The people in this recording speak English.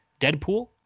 Deadpool